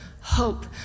hope